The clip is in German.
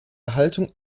erhaltung